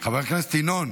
חבר הכנסת ינון,